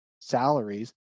salaries